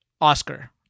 Oscar